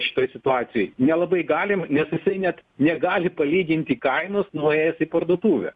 šitoj situacijoj nelabai galim nes jisai net negali palyginti kainos nuėjęs į parduotuvę